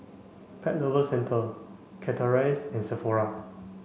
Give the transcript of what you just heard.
Pet Lovers Centre Chateraise and Sephora